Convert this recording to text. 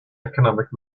economic